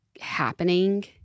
happening